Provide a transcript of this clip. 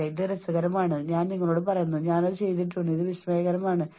വീണ്ടും ഇത് സമ്മർദ്ദം വളരെ കൂടുതലാവുന്നതിന്റെ മറ്റൊരു ഫലമാണ്